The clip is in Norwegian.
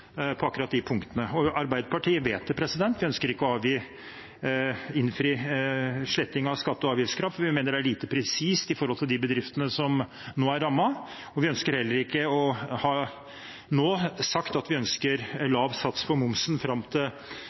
på akkurat de punktene. Arbeiderpartiet vet det. Vi ønsker ikke å innfri sletting av skatte- og avgiftskrav, for vi mener det er lite presist overfor de bedriftene som nå er rammet. Vi ønsker heller ikke nå å si at vi ønsker lav sats på momsen fram til